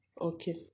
Okay